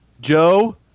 Joe